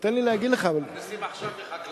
תן לי להגיד לך, אני אומר לך,